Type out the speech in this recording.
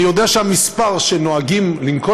אני יודע שהמספר שנוהגים לנקוב